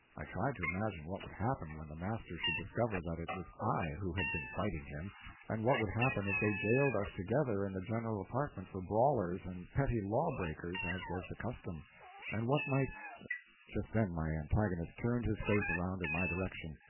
i tried to imagine what would happen when the master should discover that it was i who had been fighting him and what would happen if they jailed us together in the general apartment for brawlers and petty law-breakers, as was the custom and what might just then my antagonist turned his face around in my direction,